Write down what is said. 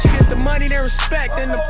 get the money then respect then